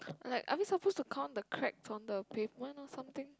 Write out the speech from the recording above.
like are we supposed to count the cracks on the pavement or something